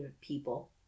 people